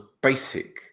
basic